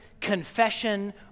confession